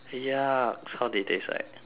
eh yucks how did it taste like